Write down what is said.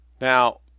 Now